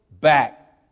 back